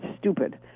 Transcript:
stupid